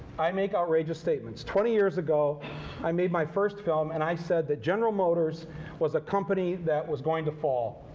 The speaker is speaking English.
i make outrageous statements. twenty years ago i made my first film, and i said that general motors was a company that wads going to fall,